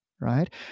right